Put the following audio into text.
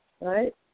right